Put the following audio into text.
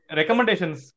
recommendations